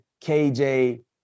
KJ